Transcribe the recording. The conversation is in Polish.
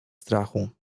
strachu